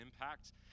impact